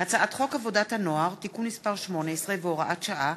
הצעת חוק עבודת הנוער (תיקון מס' 18 והוראת שעה),